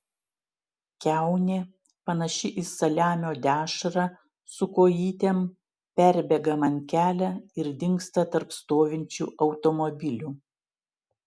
kiaunė panaši į saliamio dešrą su kojytėm perbėga man kelią ir dingsta tarp stovinčių automobilių